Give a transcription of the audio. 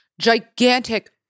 gigantic